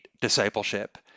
discipleship